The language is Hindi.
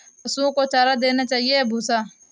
पशुओं को चारा देना चाहिए या भूसा?